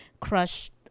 crushed